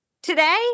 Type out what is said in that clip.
Today